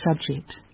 subject